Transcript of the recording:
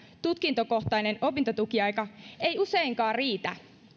tutkintokohtainen opintotukiaika ei useinkaan riitä